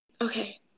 Okay